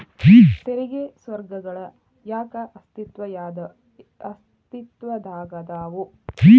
ತೆರಿಗೆ ಸ್ವರ್ಗಗಳ ಯಾಕ ಅಸ್ತಿತ್ವದಾಗದವ